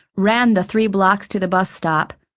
ran the three blocks to the bus stop,